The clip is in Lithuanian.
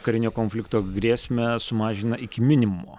karinio konflikto grėsmę sumažina iki minimumo